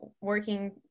working